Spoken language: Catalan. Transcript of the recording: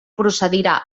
procedirà